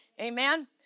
Amen